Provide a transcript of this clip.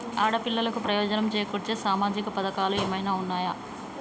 ఆడపిల్లలకు ప్రయోజనం చేకూర్చే సామాజిక పథకాలు ఏమైనా ఉన్నయా?